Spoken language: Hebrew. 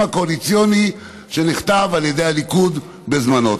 הקואליציוני שנכתב על ידי הליכוד בזמנו.